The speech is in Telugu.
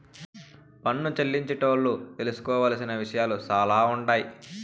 పన్ను చెల్లించేటోళ్లు తెలుసుకోవలసిన విషయాలు సాలా ఉండాయి